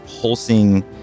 pulsing